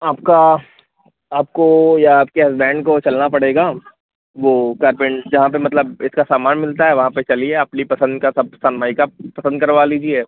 आपका आपको या आपके हसबेन्ड को चलना पड़ेगा वो कारपेन जहाँ पर मतलब इसका सामान मिलता है वहाँ पर चलिए अपनी पसंद का सब सनमाइका पसंद करवा लीजिए